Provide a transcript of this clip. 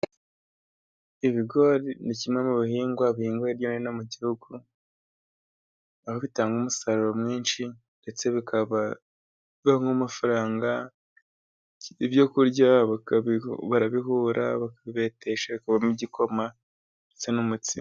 Ibigori ni kimwe mu bihingwa bihingwa hirya no hino mu gihugu, aho bitanga umusaruro mwinshi ndetse bikaba bivamo amafaranga. Ibyo kurya barabihura, bakabibetesha hakavamo igikoma ndetse n n'umutsima.